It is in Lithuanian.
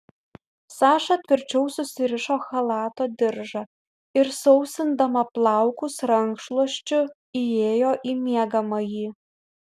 saša tvirčiau susirišo chalato diržą ir sausindama plaukus rankšluosčiu įėjo į miegamąjį